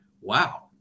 wow